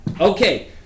Okay